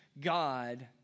God